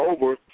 over